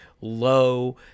low